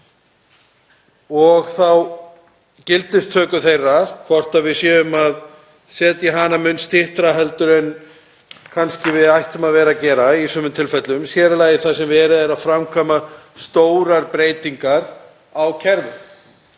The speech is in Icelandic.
og þá gildistöku þeirra, hvort við séum að setja hana mun fyrr heldur en við ættum kannski að vera að gera í sumum tilfellum, sér í lagi þar sem verið er að framkvæma stórar breytingar á kerfum.